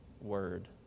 word